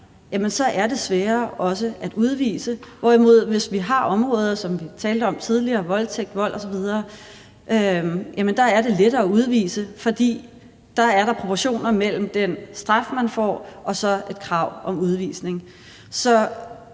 er det sværere også at udvise, hvorimod det på de områder, som vi talte om tidligere, voldtægt, vold osv., er lettere at udvise, for der er der proportioner mellem den straf, man får, og så et krav om udvisning.